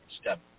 step